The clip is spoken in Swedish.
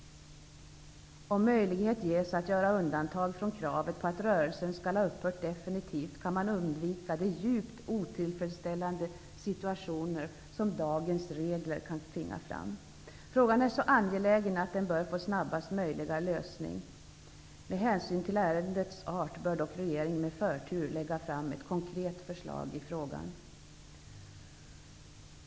Om möjlighet ges att göra undantag från kravet på att rörelsen skall ha upphört definitivt kan man undvika de djupt otillfredsställande situationer som dagens regler kan tvinga fram. Frågan är så angelägen att den bör få snabbast möjliga lösning. Med hänsyn till ärendets art bör dock regeringen med förtur lägga fram ett konkret förslag i frågan.